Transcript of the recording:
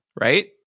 right